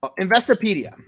Investopedia